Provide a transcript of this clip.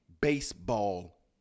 baseball